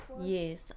Yes